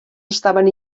estaven